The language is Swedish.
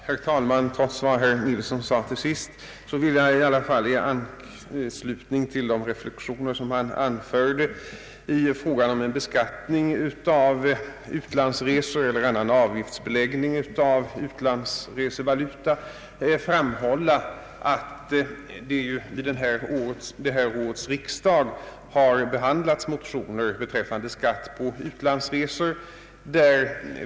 Herr talman! Trots vad herr Ferdinand Nilsson sade till sist vill jag säga något i anslutning till de reflexioner han anförde i fråga om beskattning av utlandsresor eller avgiftsbeläggning av utlandsresevaluta. Vid årets riksdag har behandlats motioner beträffande skatt på utlandsresor.